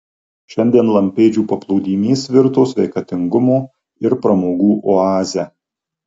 šiandien lampėdžių paplūdimys virto sveikatingumo ir pramogų oaze